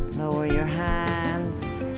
lower your hands